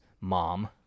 mom